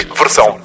versão